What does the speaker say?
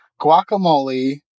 guacamole